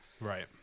Right